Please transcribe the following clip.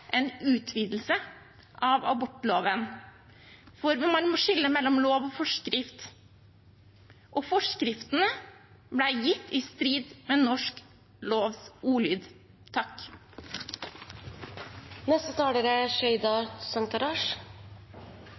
en utvidelse av abortloven. For man må skille mellom lov og forskrift – og forskriftene ble gitt i strid med norsk lovs ordlyd. Det har blitt sagt fra denne talerstolen at denne debatten må være kunnskapsbasert. Jeg er